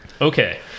Okay